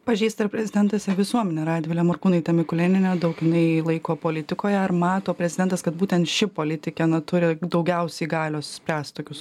pažįsta ir prezidentas ir visuomenė radvilę morkūnaitę mikulėnienę daug jinai laiko politikoje ar mato prezidentas kad būtent ši politikė na turi daugiausiai galios spręst tokius